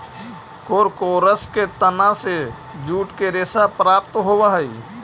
कोरकोरस के तना से जूट के रेशा प्राप्त होवऽ हई